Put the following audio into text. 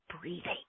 breathing